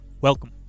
Welcome